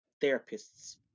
therapists